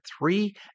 three